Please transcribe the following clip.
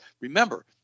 remember